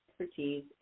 expertise